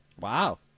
Wow